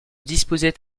disposait